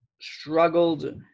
struggled